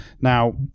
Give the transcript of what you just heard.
Now